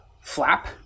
flap